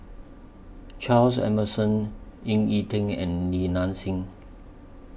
Charles Emmerson Ying E Ding and Li Nanxing